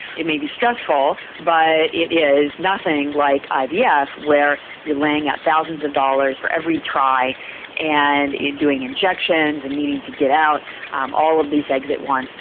it may be stressful but it is nothing like ivf yeah where you are laying out thousands of dollars for every try and doing injections, and needing to get out um all of these eggs at once.